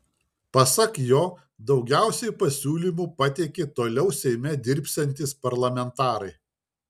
pasak jo daugiausiai pasiūlymų pateikė toliau seime dirbsiantys parlamentarai